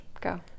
Go